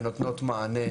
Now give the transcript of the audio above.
ונותנות מענה,